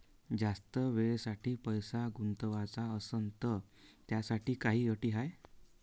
जास्त वेळेसाठी पैसा गुंतवाचा असनं त त्याच्यासाठी काही अटी हाय?